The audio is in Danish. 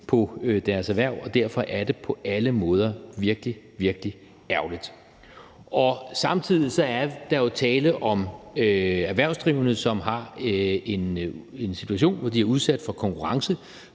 på deres erhverv, og derfor er det på alle måder virkelig, virkelig ærgerligt. Samtidig er der jo tale om erhvervsdrivende, som er i en situation, hvor de er udsat for konkurrence